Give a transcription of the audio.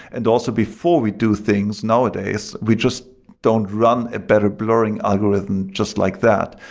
and also, before we do things nowadays, we just don't run a better blurring algorithm just like that.